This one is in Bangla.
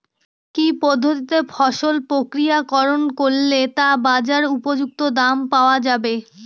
কি পদ্ধতিতে ফসল প্রক্রিয়াকরণ করলে তা বাজার উপযুক্ত দাম পাওয়া যাবে?